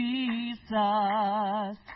Jesus